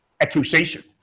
accusation